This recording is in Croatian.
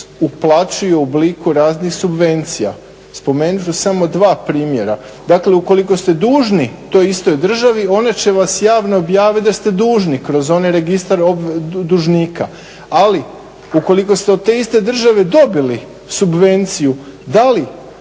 uplaćuje u obliku raznih subvencija. Spomenut ću samo dva primjera, dakle ukoliko ste dužni to istoj državi ona će vas javno objaviti da ste dužni kroz onaj registar dužnika, ali ukoliko ste od te iste države dobili subvenciju, da li